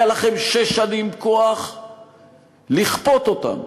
היה לכם שש שנים כוח לכפות אותם,